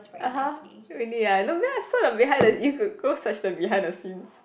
(uh huh) really ah not bad I saw the behind the you could go search the behind the scenes